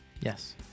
Yes